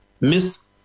Miss